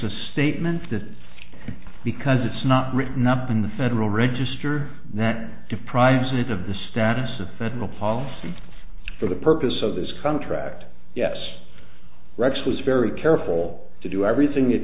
a statement that because it's not written up in the federal register that deprives it of the status of federal policy for the purpose of this contract yes rex was very careful to do everything